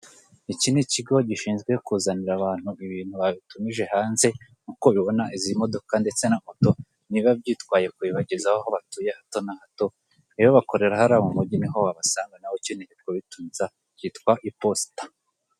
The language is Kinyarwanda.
Icyi ni ikigo gishinzwe kuzanira abantu ibintu babitumije hanze, nkuko ubibona izi modoka ndetse na moto nibiba byitwaye kubibageza aho batuye hato na hato rero bakorera hariya mu mujyi niho wabasanga nawe ukeneye kubituza hitwa iposita.